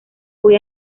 hoy